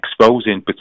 exposing